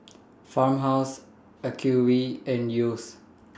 Farmhouse Acuvue and Yeo's